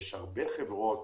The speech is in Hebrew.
ויש הרבה חברות